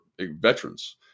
veterans